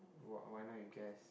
why why not you guess